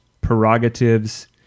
prerogatives